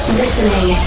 listening